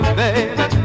baby